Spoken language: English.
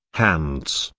hands,